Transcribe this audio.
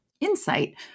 insight